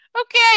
Okay